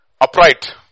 upright